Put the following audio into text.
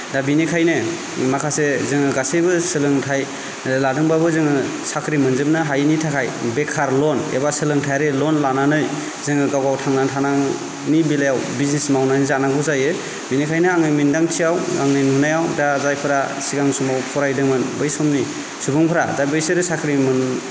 दा बेनिखायनो माखासे जोङो गासैबो सोलोंथाइ लादोंब्लाबो जोङो साख्रि मोनजोबनो हायिनि थाखाय बेखार लन एबा सोलोंथाइयारि लन लानानै जोङो गाव गाव थांनानै थानायनि बेलायाव बिजनेस मावनानै जानांगौ जायो बेनिखायनो आङो मोन्दांथियाव आंनि नुनायाव दा जायफोरा सिगां समाव फरायदोंमोन बै समनि सुबुंफोरा दा बैसोरो साख्रिमोन